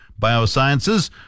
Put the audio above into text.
Biosciences